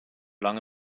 lange